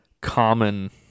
common